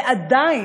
ועדיין,